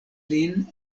lin